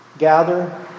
gather